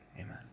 Amen